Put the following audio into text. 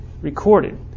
recorded